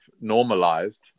normalized